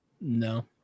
No